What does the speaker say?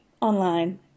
online